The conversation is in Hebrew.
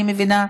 אני מבינה.